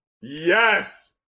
yes